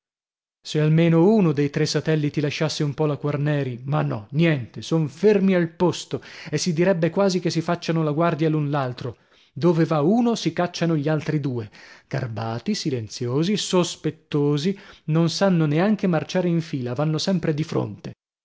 se almeno uno dei tre satelliti lasciasse un po la quarneri ma no niente son fermi al posto e si direbbe quasi che si facciano la guardia l'un l'altro dove uno va si cacciano gli altri due garbati silenziosi sospettosi non sanno neanche marciare in fila vanno sempre di fronte